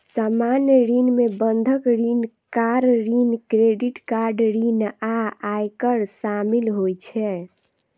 सामान्य ऋण मे बंधक ऋण, कार ऋण, क्रेडिट कार्ड ऋण आ आयकर शामिल होइ छै